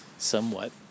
somewhat